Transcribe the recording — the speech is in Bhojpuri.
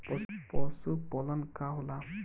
पशुपलन का होला?